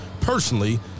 personally